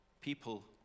people